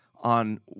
on